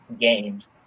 games